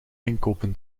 inkopen